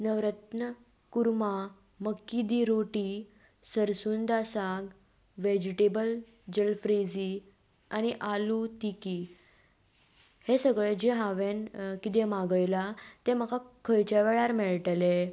नवरत्न korma makki di roti sarson da saag vegetable jalfrezi आनी आलू तिकी हें सगळें जें हांवें कितोॆ मागयलां तें म्हाका खंयच्या वेळार मेळटले